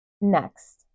Next